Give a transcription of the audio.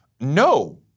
no